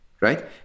right